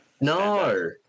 No